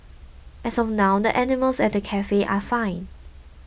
as of now the animals at the cafe are fine